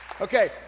Okay